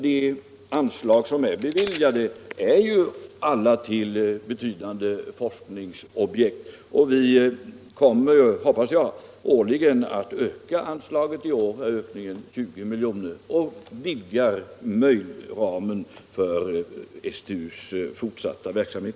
Men anslag som är beviljade är alla avsedda för betydande forskningsobjekt. Vi kommer, hoppas jag, årligen att öka anslaget — i år är ökningen 20 miljoner - och vidga ramen för STU:s fortsatta verksamhet.